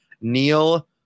Neil